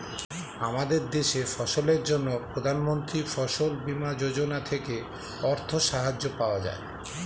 আমাদের দেশে ফসলের জন্য প্রধানমন্ত্রী ফসল বীমা যোজনা থেকে অর্থ সাহায্য পাওয়া যায়